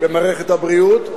במערכת הבריאות.